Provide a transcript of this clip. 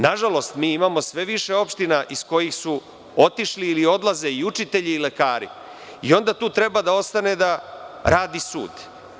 Nažalost, mi imamo sve više opština iz kojih su otišli ili odlaze i učitelji i lekara i onda tu treba da ostane da radi sud.